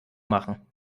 machen